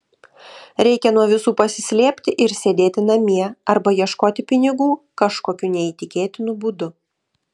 reikia nuo visų pasislėpti ir sėdėti namie arba ieškoti pinigų kažkokiu neįtikėtinu būdu